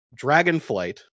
Dragonflight